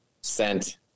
sent